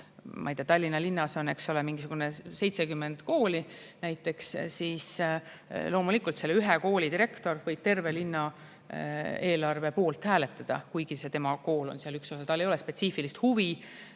Tallinna linnas on 70 kooli, siis loomulikult selle kooli direktor võib terve linna eelarve üle hääletada, kuigi tema kool on seal üks osa. Tal ei ole spetsiifilist huvi